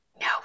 No